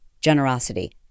generosity